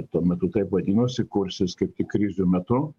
tuo metu taip vadinosi kursis kaip tik krizių metu